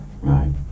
Right